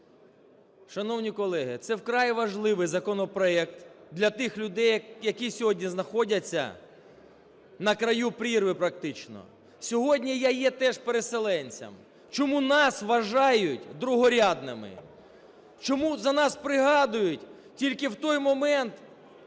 Шановні колеги, це вкрай важливий законопроект для тих людей, які сьогодні знаходяться на краю прірви практично. Сьогодні я є теж переселенцем. Чому нас вважають другорядними? Чому за нас пригадують тільки в той момент,